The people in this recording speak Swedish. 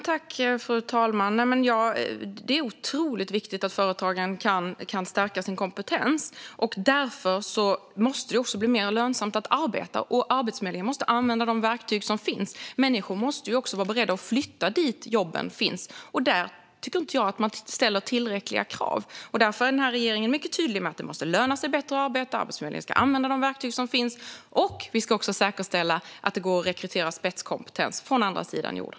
Fru talman! Det är otroligt viktigt att företagen kan stärka sin kompetens. Därför måste det också bli mer lönsamt att arbeta. Arbetsförmedlingen måste använda de verktyg som finns. Människor måste också vara beredda att flytta dit där jobben finns. Där tycker inte jag att man ställer tillräckliga krav. Därför är regeringen mycket tydlig med att det måste löna sig bättre att arbeta. Arbetsförmedlingen ska använda de verktyg som finns. Vi ska också säkerställa att det går att rekrytera spetskompetens från andra sidan jorden.